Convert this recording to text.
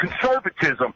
conservatism